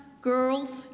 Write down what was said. girls